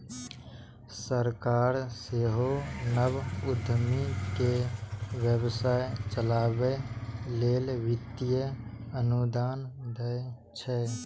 सरकार सेहो नव उद्यमी कें व्यवसाय चलाबै लेल वित्तीय अनुदान दै छै